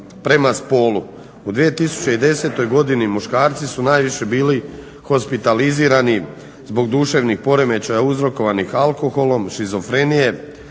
U 2010. godini muškarci su najviše bili hospitalizirani zbog duševnih poremećaja uzrokovanih alkoholom, šizofrenije,